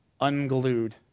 unglued